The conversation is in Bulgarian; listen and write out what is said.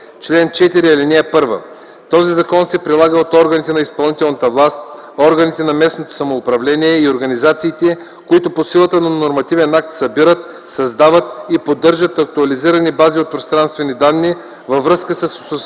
чл. 4: „Чл. 4. (1) Този закон се прилага от органите на изпълнителната власт, органите на местното самоуправление и организациите, които по силата на нормативен акт събират, създават и поддържат актуализирани бази от пространствени данни във връзка с осъществяваните